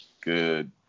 good